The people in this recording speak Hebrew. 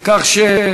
עכשיו,